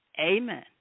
Amen